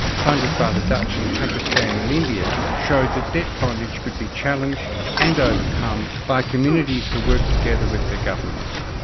funded by the dutch in pakistan and india, showed that debt bondage could be challenged and overcome by communities who worked together with their governments.